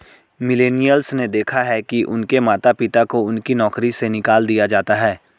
millennials ने देखा है कि उनके माता पिता को उनकी नौकरी से निकाल दिया जाता है